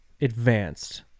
advanced